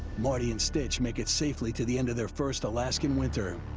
marty and stitch make it safely to the end of their first alaskan winter.